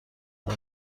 اما